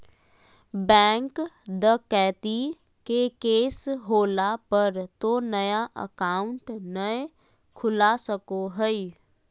bank डकैती के case होला पर तो नया अकाउंट नय खुला सको हइ